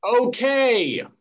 Okay